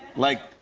like,